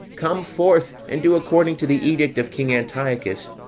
come forth, and do according to the edict of king antiochus,